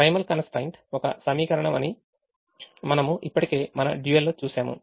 primal constraint ఒక సమీకరణం అని మనము ఇప్పటికేమన డ్యూయల్ లో చూశాము